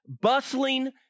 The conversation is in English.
bustling